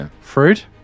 fruit